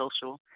Social